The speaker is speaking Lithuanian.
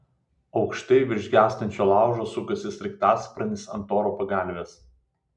aukštai virš gęstančio laužo sukasi sraigtasparnis ant oro pagalvės